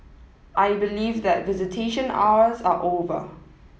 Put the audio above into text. I believe that visitation hours are over